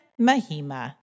Mahima